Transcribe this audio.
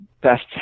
best